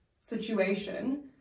situation